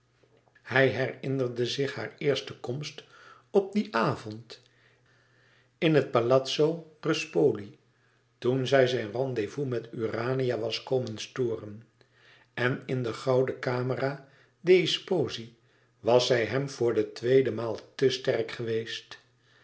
hij herinnerde zich haar eerste komst op dien avond in het palazzo ruspoli toen zij zijn rendez-vous met urania was komen storen en in de gouden camera degli sposi was zij hem voor de tweede maal te sterk geweest